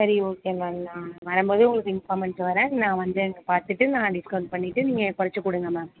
சரி okay ma'am நான் வரம்போதே உங்களுக்கு இன்ஃபார்ம் பண்ணிட்டு வரேன் நான் வந்து அங்கே பார்த்துட்டு நான் டிஸ்கௌண்ட் பண்ணிவிட்டு நீங்கள் குறைச்சி கொடுங்க மேம்